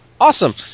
Awesome